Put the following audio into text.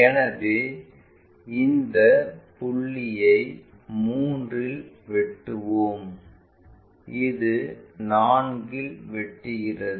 எனவே இந்த புள்ளியை 3 இல் வெட்டுவோம் இது 4 இல் வெட்டுகிறது